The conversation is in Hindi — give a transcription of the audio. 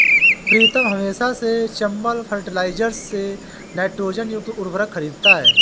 प्रीतम हमेशा से चंबल फर्टिलाइजर्स से नाइट्रोजन युक्त उर्वरक खरीदता हैं